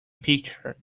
picture